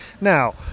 Now